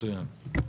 מצוין,